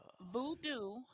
voodoo